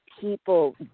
people